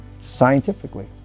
scientifically